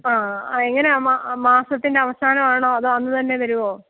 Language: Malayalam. ആ എങ്ങനെയാ മാസത്തിൻ്റെ അവസാനം ആണോ അതോ അന്നു തന്നെ തരുമോ